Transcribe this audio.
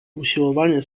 usiłowanie